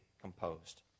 composed